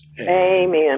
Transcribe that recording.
Amen